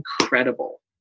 incredible